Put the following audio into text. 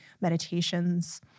meditations